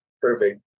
perfect